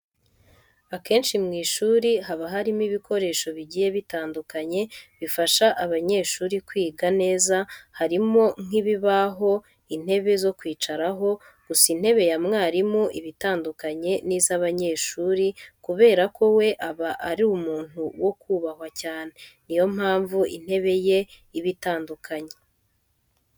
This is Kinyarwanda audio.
Akenshi mu ishuri haba harimo ibikoresho bigiye bitandukanye bifasha abanyeshuri kwiga neza harimo nk'ibibaho, intebe zo kwicaraho, gusa intebe ya mwarimu iba itandukanye n'izabanyeshuri kubera ko we aba ari umuntu wo kubahwa cyane, ni yo mpamvu intebe ye iba itandukanye.